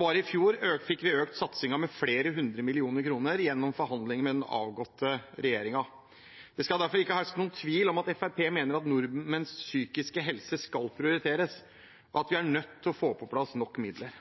Bare i fjor fikk vi økt satsingen med flere hundre millioner kroner gjennom forhandlinger med den avgåtte regjeringen. Det skal derfor ikke herske noen tvil om at Fremskrittspartiet mener at nordmenns psykiske helse skal prioriteres, og at vi er